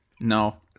No